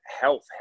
Health